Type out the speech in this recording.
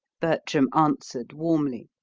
bertram answered warmly.